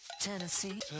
Tennessee